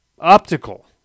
Optical